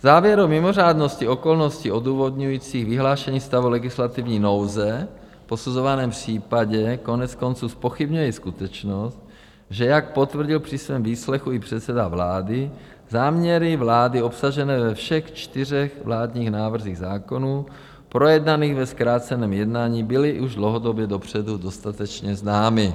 Závěr o mimořádnosti okolností odůvodňujících vyhlášení stavu legislativní nouze v posuzovaném případě koneckonců zpochybňuje i skutečnost, že, jak potvrdil při svém výslechu i předseda vlády, záměry vlády obsažené ve všech čtyřech vládních návrzích zákonů projednaných ve zkráceném jednání byly již dlouhodobě dopředu dostatečně známy.